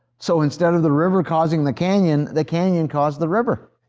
so instead of the river causing the canyon, the canyon caused the river.